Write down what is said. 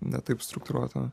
ne taip struktūruoto